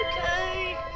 Okay